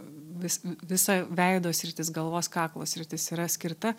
vis visa veido sritis galvos kaklo sritis yra skirta